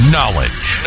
Knowledge